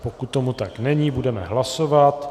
Pokud tomu tak není, budeme hlasovat.